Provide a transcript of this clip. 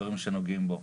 דברים שנוגעים בו.